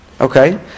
Okay